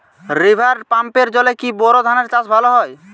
River পাম্পের জলে কি বোর ধানের চাষ ভালো হয়?